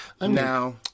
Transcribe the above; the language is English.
Now